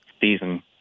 season